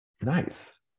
Nice